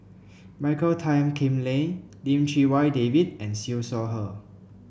Michael Tan Kim Nei Lim Chee Wai David and Siew Shaw Her